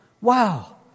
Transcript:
Wow